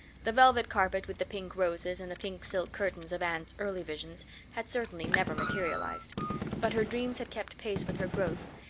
the velvet carpet with the pink roses and the pink silk curtains of anne's early visions had certainly never materialized but her dreams had kept pace with her growth,